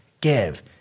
give